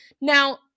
Now